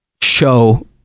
Show